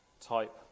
type